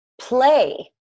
play